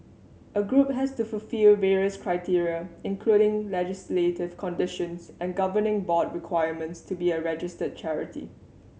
a group has to fulfil various criteria including legislative conditions and governing board requirements to be a registered charity